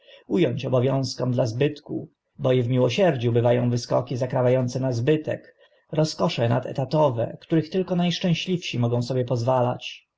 ąć obowiązkom dla zbytku bo i w miłosierdziu bywa ą wyskoki zakrawa ące na zbytek rozkosze nadetatowe których tylko na szczęśliwsi mogą sobie pozwalać